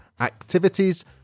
activities